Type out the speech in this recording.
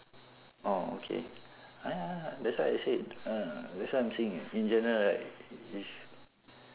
orh okay ya ya ya that's why I said uh that's why I'm saying in general right it's